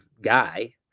guy